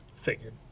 Figured